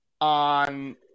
on